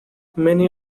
many